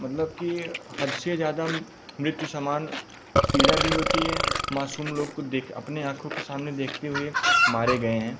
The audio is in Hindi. मतलब की हद से ज़्यादा मृत्यु समान पीड़ा भी होती है मासूम लोग को देख अपने आँखों के सामने देखते हुए मारे गए हैं